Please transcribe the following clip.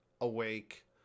awake